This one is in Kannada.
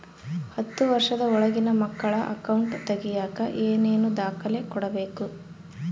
ಹತ್ತುವಷ೯ದ ಒಳಗಿನ ಮಕ್ಕಳ ಅಕೌಂಟ್ ತಗಿಯಾಕ ಏನೇನು ದಾಖಲೆ ಕೊಡಬೇಕು?